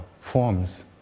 forms